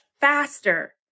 faster